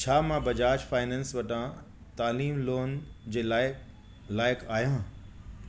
छा मां बजाज फाइनेंस वटां तालीम लोन जे लाइ लाइक़ु आहियां